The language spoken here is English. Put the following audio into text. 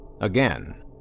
Again